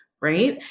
Right